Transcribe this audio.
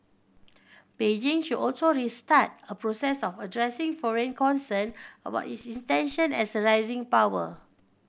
Beijing should also restart a process of addressing foreign concern about its tension as a rising power